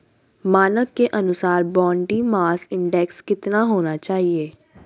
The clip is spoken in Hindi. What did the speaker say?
मानक के अनुसार बॉडी मास इंडेक्स कितना होना चाहिए?